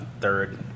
third